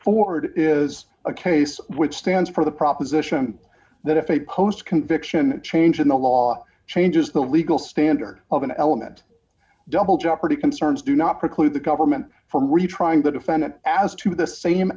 forward is a case which stands for the proposition that if a post conviction change in the law changes the legal standard of an element double jeopardy concerns do not preclude the government from retrying the defendant as to the same